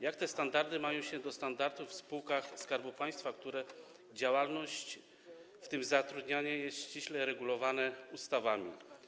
Jak te standardy mają się do standardów w spółkach Skarbu Państwa, których działalność, w tym zatrudnianie, jest ściśle regulowana ustawami?